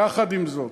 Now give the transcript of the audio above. יחד עם זאת,